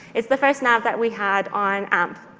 it's the first nav that we had on amp.